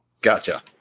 gotcha